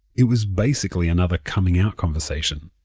it was basically another coming out conversation.